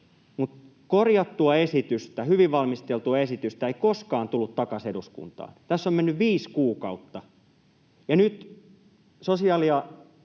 Mutta korjattua esitystä, hyvin valmisteltua esitystä ei koskaan tullut takaisin eduskuntaan. Tässä on mennyt viisi kuukautta, ja nyt sosiaali‑ ja